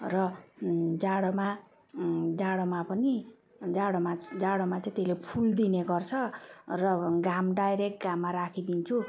र जाडोमा जाडोमा पनि जाडोमा जाडोमा चाहिँ त्यसले फुल दिने गर्छ र घाम डाइरेक्ट घाममा राखिदिन्छु